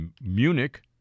Munich